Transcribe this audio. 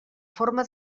forma